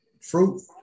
fruit